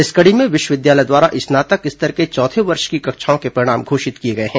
इस कड़ी में विश्वविद्यालय द्वारा स्नातक स्तर के चौथे वर्ष की कक्षाओं के परिणाम घोषित किए गए हैं